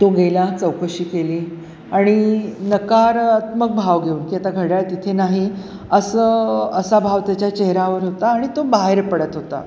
तो गेला चौकशी केली आणि नकारात्मक भाव घेऊन की आता घड्याळ तिथे नाही असं असा भाव त्याच्या चेहऱ्यावर होता आणि तो बाहेर पडत होता